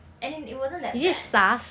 and it wasn't that bad